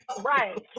Right